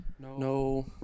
No